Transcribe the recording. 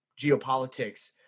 geopolitics